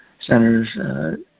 centers